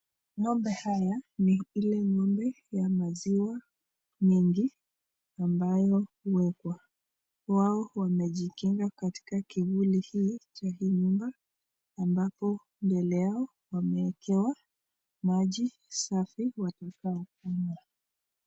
Ng'ombe hawa ni ile ng'ombe ya maziwa mingi ambayo huwekwa. Wao wamejikinga katika kivuli hii cha hii nyumba halafu mbele yao wameekewa maji safi wanafaa wakunywe.